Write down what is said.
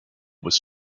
was